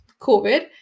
COVID